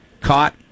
Caught